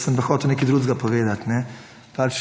Sem pa hotel nekaj drugega povedati. Pač